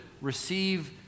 receive